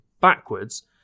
backwards